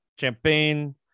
Champagne